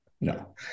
No